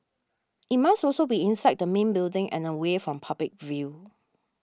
it must also be inside the main building and away from public view